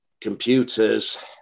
computers